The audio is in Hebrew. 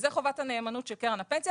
זו חובת הנאמנות של קרן הפנסיה,